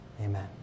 Amen